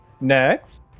Next